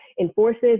enforces